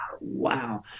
wow